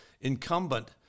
incumbent